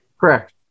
Correct